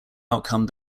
outcome